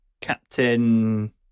Captain